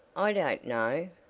i don't know.